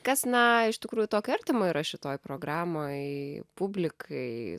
kas na iš tikrųjų tokio artimo yra šitoj programoj publikai